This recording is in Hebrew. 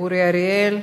אורי אריאל,